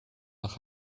nach